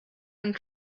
and